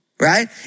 right